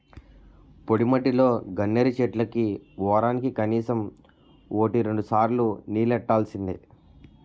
పొడిమట్టిలో గన్నేరు చెట్లకి వోరానికి కనీసం వోటి రెండుసార్లు నీల్లెట్టాల్సిందే